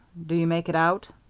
do you make it out?